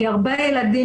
כי הרבה ילדים,